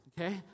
okay